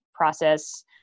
process